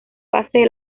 base